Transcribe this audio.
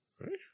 Right